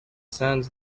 sends